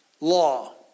law